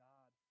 God